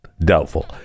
doubtful